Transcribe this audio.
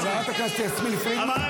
חבורה של שקרנים --- חברת הכנסת יסמין פרידמן,